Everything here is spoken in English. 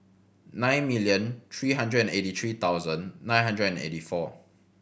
nine million three hundred and eighty three thousand nine hundred and eighty four